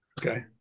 Okay